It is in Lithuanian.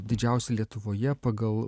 didžiausi lietuvoje pagal